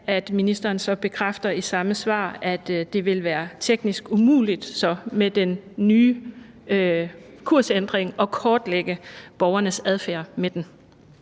at ministeren så bekræfter i samme svar, at det vil være teknisk umuligt så med den nye kursændring at kortlægge borgernes adfærd med den.